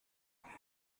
again